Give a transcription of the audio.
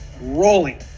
rolling